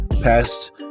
past